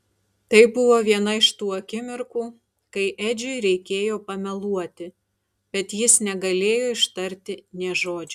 tai buvo viena iš tų akimirkų kai edžiui reikėjo pameluoti bet jis negalėjo ištarti nė žodžio